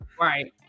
Right